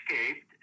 escaped